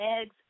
eggs